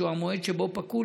שהוא המועד שבו פקעו,